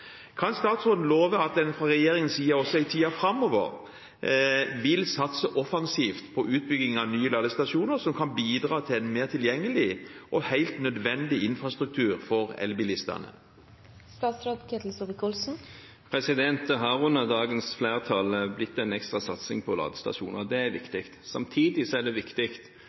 Kan statsråden love at en fra regjeringens side også i tiden framover vil satse offensivt på utbygging av nye ladestasjoner, som kan bidra til en mer tilgjengelig og helt nødvendig infrastruktur for elbilistene? Det har under dagens flertall blitt en ekstra satsing på ladestasjoner. Det er viktig. Samtidig er det viktig